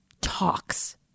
talks